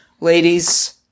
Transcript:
ladies